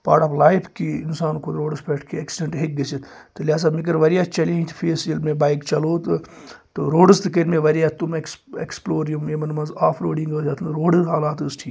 part of life کہِ اِنسانن کوٚر روڈَس پٮ۪ٹھ کیٚنٛہہ ایکسیڈنٹ ہٮ۪کہِ گَژھِتھ تہٕ لِہازا مےٚ کٔرۍ وارِیاہ چَلینج تہِ فیس ییٚلہِ مےٚ بایک چَلو تہٕ تہٕ روڈَس تہِ کٔرۍ مےٚ وارِیاہ تِم ایٚکس ایٚکسپلور یِم یِمَن منٛز آف روڈِنٛگ ٲسۍ یِتھ منٛز روڈٔک حالات ٲسۍ ٹھیٖک